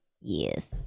Yes